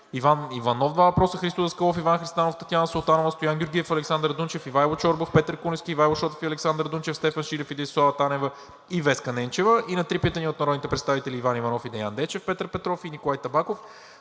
Иванов – два въпроса; Христо Даскалов, Иван Христанов, Татяна Султанова, Стоян Георгиев и Александър Дунчев; Ивайло Чорбов; Петър Куленски, Ивайло Шотев и Александър Дунчев; Стефан Шилев и Десислава Танева; и Веска Ненчева и на три питания от народните представители Иван Иванов и Деян Дечев; Петър Петров; и Николай Табаков.